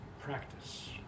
practice